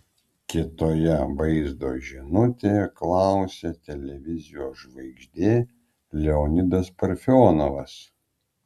kitoje vaizdo žinutėje klausė televizijos žvaigždė leonidas parfionovas